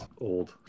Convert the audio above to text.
old